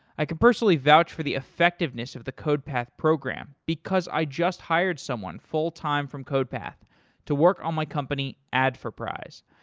i could personally vouch for the effectiveness of the codepath program because i just hired someone full-time from codepath to work on my company adforprize.